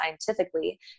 scientifically